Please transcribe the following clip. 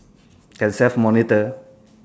can self monitor